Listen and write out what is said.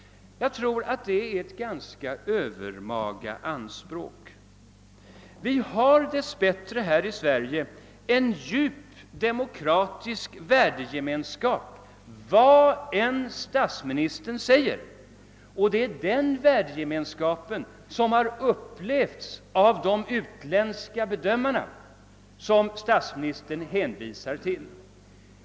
Jag tror att det är ett ganska överdrivet anspråk. Vad än statsministern säger har vi här i Sverige dess bättre en djup demokratisk värdegemenskap. Det är denna värdegemenskap som upplevts av de utländska bedömare som statsministern hänvisar till.